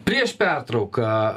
prieš pertrauką